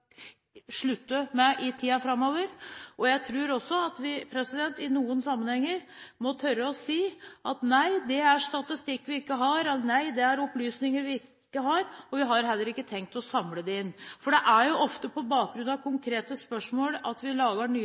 slutte med i tiden framover. Jeg tror også at vi i noen sammenhenger må tørre å si: Nei, det er statistikk vi ikke har, nei, det er opplysninger vi ikke har, og vi har heller ikke tenkt å samle det inn. For det er jo ofte på bakgrunn av konkrete spørsmål at vi lager nye